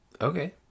okay